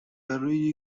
برروی